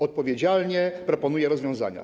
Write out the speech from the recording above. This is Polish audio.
Odpowiedzialnie proponuje rozwiązania.